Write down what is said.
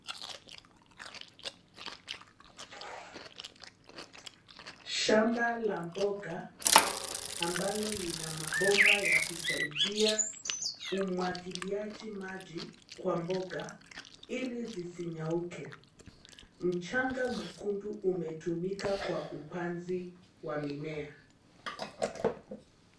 Shamba la mboga ambalo lina mabomba ya kusaidia umwagiliaji maji kwa mboga ili zisinyauke. Mchanga mwekundu umetumika kwa upanzi wa mimea.